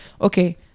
okay